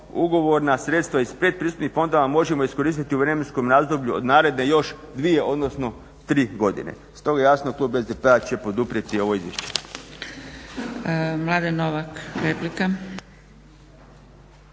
ugovorna sredstva iz predpristupnih fondova možemo iskoristiti u vremenskom razdoblju od naredne još dvije odnosno tri godine. Stoga jasno klub SDP-a će poduprijeti ovo izvješće.